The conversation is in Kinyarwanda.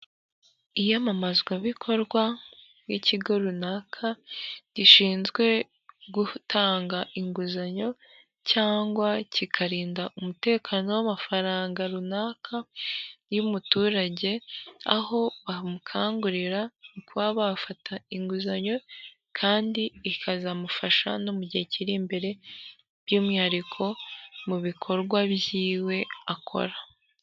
Iyamamazwabikorwa ry'ikigo runaka, gishinzwe gutanga inguzanyo cyangwa kikarinda umutekano w'amafaranga runaka y'umuturage, aho bamukangurira kuba bafata inguzanyo kandi ikazamufasha no mu gihe kiri imbere by'umwihariko mu bikorwa byiwe akora.